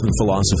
philosophy